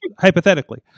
hypothetically